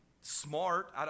smart